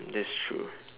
that's true